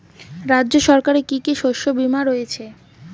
রাজ্য সরকারের কি কি শস্য বিমা রয়েছে?